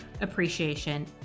appreciation